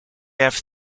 have